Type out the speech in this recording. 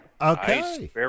okay